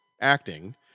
acting